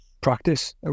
practice